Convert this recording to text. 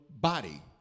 body